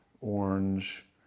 orange